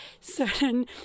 certain